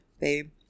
Babe